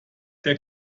der